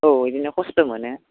औ इदिनो खस्थ' मोनो